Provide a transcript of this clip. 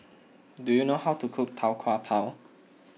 do you know how to cook Tau Kwa Pau